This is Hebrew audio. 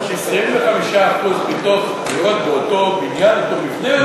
25% מתוך דירות באותו בניין, באותו מבנה?